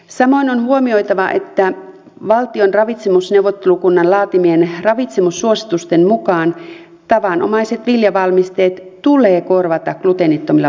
samoin on huomioitava että valtion ravitsemusneuvottelukunnan laatimien ravitsemussuositusten mukaan tavanomaiset viljavalmisteet tulee korvata gluteenittomilla vaihtoehdoilla